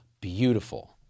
beautiful